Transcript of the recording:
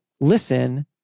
listen